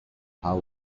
how